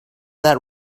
that